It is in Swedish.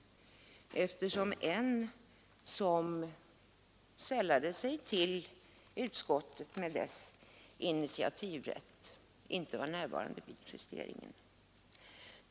Det blev så därför att en ledamot, som sällade sig till utskottsmajoriteten med dess initiativrätt, inte var närvarande vid justeringen.